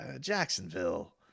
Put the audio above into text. jacksonville